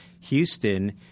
Houston